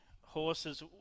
horses